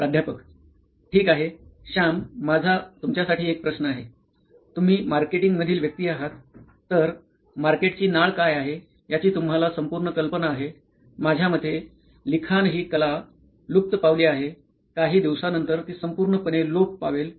प्राध्यापक ठीक आहे श्याम माझा तुमच्यासाठी एक प्रश्न आहे तुम्ही मार्केटींगमधील व्यक्ती आहात तर मार्केटची नाळ काय आहे याची तुम्हाला संपूर्ण कल्पना आहे माझ्या मते लिखाण हि कला लुप्त पावली आहे काही दिवसांनंतर ती संपुर्णपणे लोप पावेल